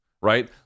right